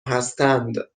هستند